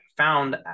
found